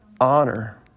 Honor